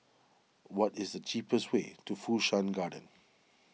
what is the cheapest way to Fu Shan Garden